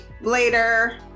later